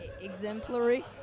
Exemplary